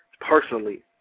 personally